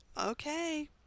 Okay